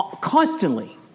constantly